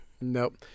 Nope